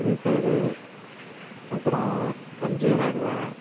free Fire அப்புறம் PUBG விளாடுவன்